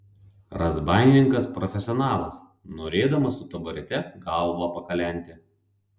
razbaininkas profesionalas norėdamas su taburete galvą pakalenti